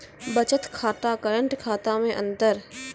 बचत खाता करेंट खाता मे अंतर?